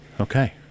Okay